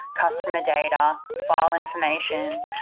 customer data, file information,